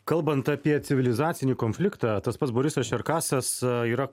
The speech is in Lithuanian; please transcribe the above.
kalbant apie civilizacinį konfliktą tas pats borisas čerkasas yra